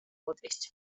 podwieźć